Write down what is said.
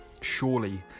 surely